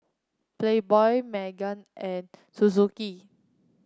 Playboy Megan and Suzuki